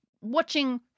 watching